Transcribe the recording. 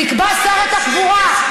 יקבע שר התחבורה.